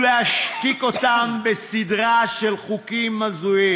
ולהשתיק אותם בסדרה של חוקים הזויים.